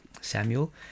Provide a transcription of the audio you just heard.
Samuel